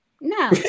No